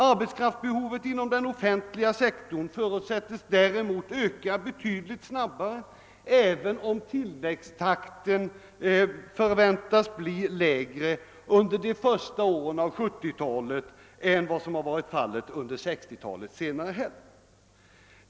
Arbetskraftsbehovet inom den offentliga sck torn förutsättes däremot öka betydligt snabbare, även om tillväxttakten förväntas bli lägre under de första åren av 1970-talet än vad fallet varit under 1960-talets senare hälft.